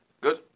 Good